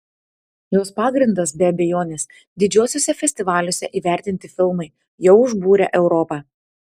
jos pagrindas be abejonės didžiuosiuose festivaliuose įvertinti filmai jau užbūrę europą